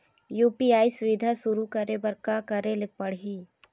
UPI सुविधा शुरू करे बर का करे ले पड़ही?